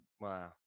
Wow